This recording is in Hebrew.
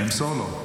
אני אמסור לו.